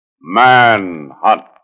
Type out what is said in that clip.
manhunt